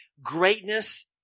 greatness